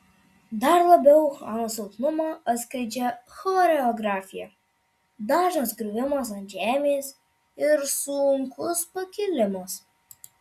dar labiau anos silpnumą atskleidžia choreografija dažnas griuvimas ant žemės ir sunkus pakilimas